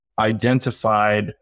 identified